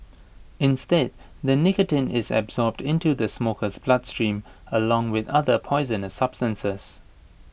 instead the nicotine is absorbed into the smoker's bloodstream along with other poisonous substances